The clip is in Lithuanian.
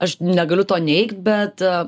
aš negaliu to neigt bet